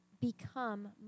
become